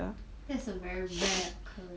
that's a very rare occurrence